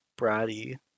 bratty